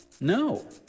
no